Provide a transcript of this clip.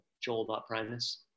joel.primus